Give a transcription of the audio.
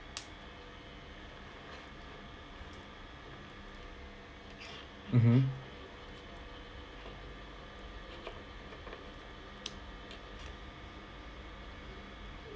mmhmm